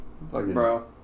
bro